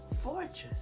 fortress